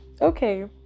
okay